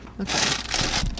Okay